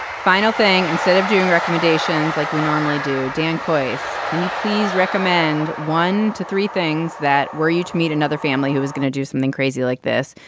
final thing instead of doing recommendations like we normally do. dan kois can you please recommend one to three things that were you to meet another family who was going to do something crazy like this.